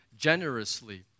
generously